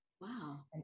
Wow